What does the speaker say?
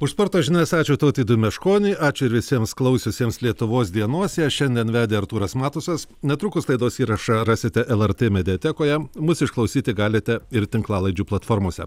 už sporto žinias ačiū tautvydui meškoniui ačiū visiems klausiusiems lietuvos dienos ją šiandien vedė artūras matusas netrukus laidos įrašą rasite lrt mediatekoje mus išklausyti galite ir tinklalaidžių platformose